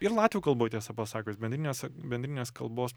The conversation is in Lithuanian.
ir latvių kalboj tiesą pasakius bendrinės bendrinės kalbos